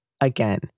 Again